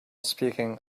speaking